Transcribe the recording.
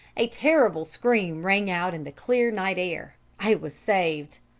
a terrible scream rang out in the clear night air. i was saved.